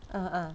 ah ah